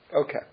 Okay